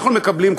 אנחנו מקבלים,